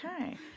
Okay